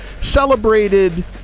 celebrated